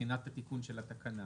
בחינת התיקון של התקנה.